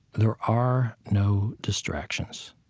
there are no distractions.